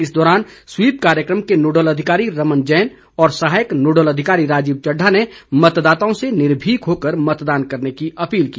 इस दौरान स्वीप कार्यक्रम के नोडल अधिकारी रमन जैन और सहायक नोडल अधिकारी राजीव चड़ढा ने मतदाताओं से निर्भीक होकर मतदान करने की अपील की